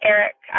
Eric